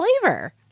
flavor